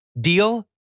Deal